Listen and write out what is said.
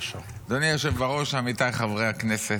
אדוני היושב בראש, עמיתיי חברי הכנסת,